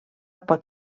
pot